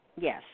Yes